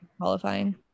Qualifying